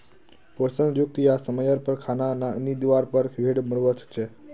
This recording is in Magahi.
पोषण युक्त या समयर पर खाना नी दिवार पर भेड़ मोरवा सकछे